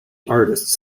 artists